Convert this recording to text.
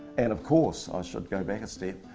and of course, i should go back a step,